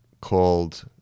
called